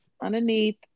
underneath